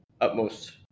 utmost